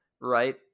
Right